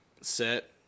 set